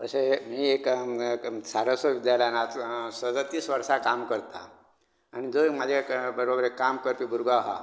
अशे म्हणजे एक सारस्वत विद्यालयान सदतीस वर्सां काम करता आनी थंय म्हाज्या बरबर काम करपी भुरगो आसा